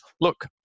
look